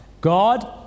God